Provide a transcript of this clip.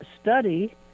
study